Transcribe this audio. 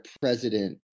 president